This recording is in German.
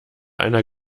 einer